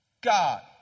God